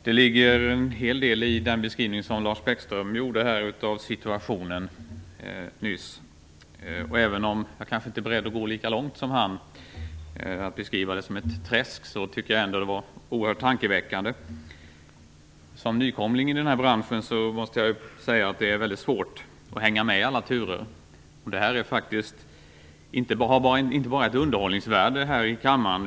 Fru talman! Det ligger en hel del i den beskrivning som Lars Bäckström nyss gav av situationen. Även om jag kanske inte är beredd att gå lika långt som han och beskriva det som ett träsk, var det han sade oerhört tankeväckande. Som nykomling i den här branschen måste jag säga att det är väldigt svårt att hänga med i alla turer. Det som sägs här i kammaren har faktiskt inte bara ett underhållningsvärde,